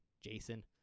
Jason